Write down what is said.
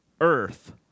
earth